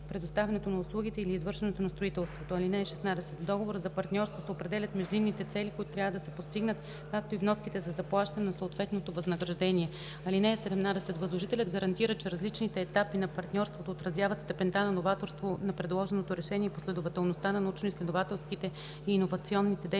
предоставянето на услугите или извършването на строителството. (16) В договора за партньорство се определят междинните цели, които трябва да се постигнат, както и вноските за заплащане на съответно възнаграждение. (17) Възложителят гарантира, че различните етапи на партньорството отразяват степента на новаторство на предложеното решение и последователността на научноизследователските и иновационните дейности,